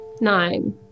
Nine